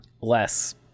less